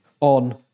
on